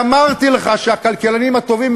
ואמרתי לך שהכלכלנים הטובים,